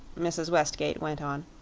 mrs. westgate went on,